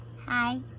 Hi